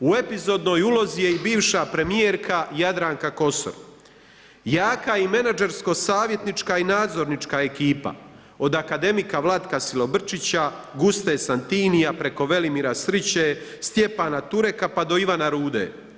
U epizodnoj ulozi je i bivša primjerka Jadranka Kosor, jaka i menadžersko savjetnička i nadzornička ekipa, od akademika Vlatka Silobrčića, Guste Santinija, preko Velimira Sriće, Stjepana Tureka, pa do Ivana Rude.